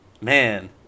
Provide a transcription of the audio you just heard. man